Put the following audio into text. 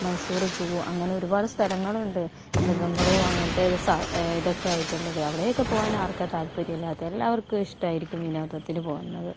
Mysore zoo അങ്ങനെ ഒരുപാട് സ്ഥലങ്ങളുണ്ട് മൃഗങ്ങളും അങ്ങനത്തെ ഇതൊക്കെ ആയിട്ടുള്ളത് അവിടെ ഒക്കെ പോകാൻ ആർക്കാ താല്പര്യമില്ലാതെ എല്ലാവർക്കും ഇഷ്ടമായിരിക്കും വിനോദത്തിന് പോകുന്നത്